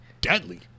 deadly